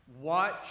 watch